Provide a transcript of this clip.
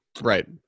Right